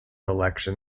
election